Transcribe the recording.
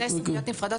שתי סוגיות נפרדות